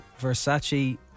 Versace